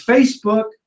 Facebook